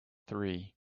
three